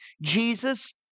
Jesus